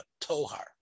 tohar